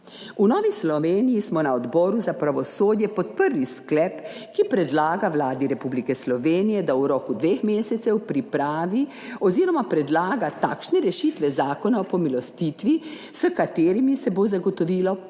V Novi Sloveniji smo na Odboru za pravosodje podprli sklep, ki predlaga Vladi Republike Slovenije, da v roku dveh mesecev pripravi oziroma predlaga takšne rešitve Zakona o pomilostitvi, s katerimi se bo zagotovila